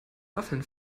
waffeln